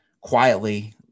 quietly